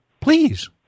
Please